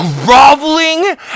groveling